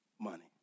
money